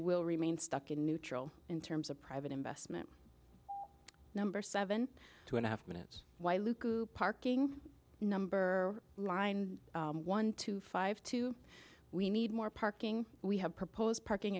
will remain stuck in neutral in terms of private investment number seven two and a half minutes why luke parking number line one two five two we need more parking we have proposed parking